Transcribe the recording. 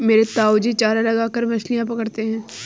मेरे ताऊजी चारा लगाकर मछलियां पकड़ते हैं